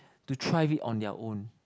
to thrive it on their own